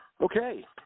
Okay